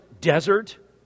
desert